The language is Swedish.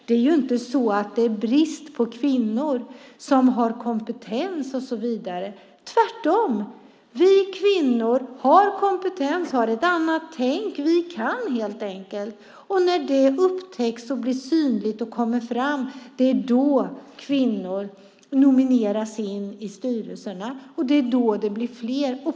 Det är inte brist på kvinnor som har kompetens. Tvärtom, vi kvinnor har kompetens, har ett annat tänk, vi kan helt enkelt. När det upptäcks, blir synligt och kommer fram nomineras kvinnor in i styrelserna, och det är då de blir fler.